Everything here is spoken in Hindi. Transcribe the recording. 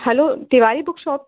hello Tiwari book shop